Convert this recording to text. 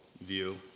view